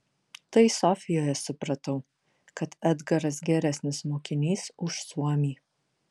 tai sofijoje supratau kad edgaras geresnis mokinys už suomį